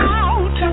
out